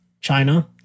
China